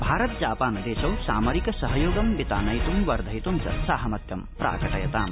Bharata Japan दशौ सामरिक सहयोगं वितानयित्ं वर्धयित्ं च साहमत्यं प्राकटयताम